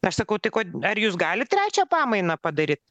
aš sakau tai ko ar jūs galit trečią pamainą padaryt